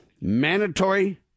mandatory